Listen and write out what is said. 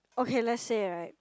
okay let's say right